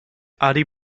adi